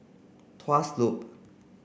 Tuas Loop